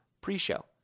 pre-show